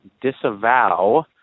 disavow